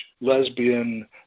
lesbian